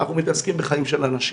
אנחנו מתעסקים בחיים של אנשים,